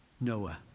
Noah